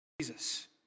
Jesus